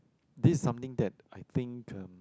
this is something that I think um